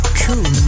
cool